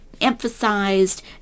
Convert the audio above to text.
emphasized